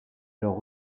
alors